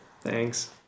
Thanks